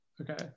Okay